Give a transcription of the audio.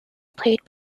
played